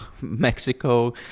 Mexico